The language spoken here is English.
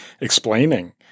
explaining –